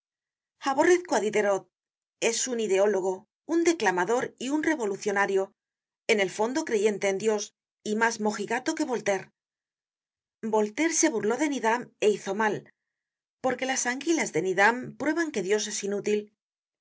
aborrezco á diderot es un ideólogo un declamador y un revolucionario en el fondo creyente en dios y mas mojigato que voltaire voltaire se burló de needham é hizo mal porque las anguilas de needham prueban que dios es inútil una